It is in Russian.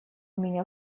меня